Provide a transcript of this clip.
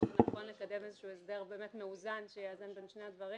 נכון לקדם הסדר מאוזן שיאזן בין שני הדברים.